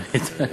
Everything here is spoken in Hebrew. ראית?